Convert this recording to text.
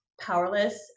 powerless